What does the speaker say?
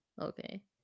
Okay